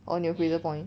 orh 你有 Fraser point